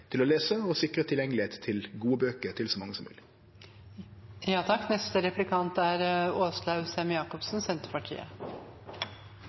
til å lese og sikre så mange som mogleg tilgjengelegheit til gode bøker.